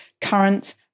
current